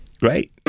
Great